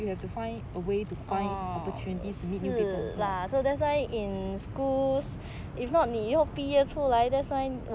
you have to find a way to find opportunities to meet new people also [what]